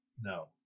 no